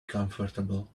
comfortable